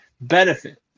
benefit